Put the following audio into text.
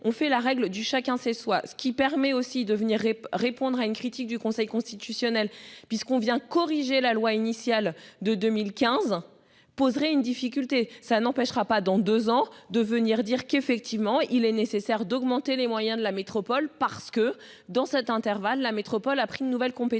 on fait la règle du chacun sait soit ce qui permet aussi de venir et répondre à une critique du Conseil constitutionnel puisqu'on vient corriger la loi initiale de 2015 poserait une difficulté. Ça n'empêchera pas dans deux ans, de venir dire qu'effectivement il est nécessaire d'augmenter les moyens de la métropole parce que dans cet intervalle, la métropole a pris de nouvelles compétences.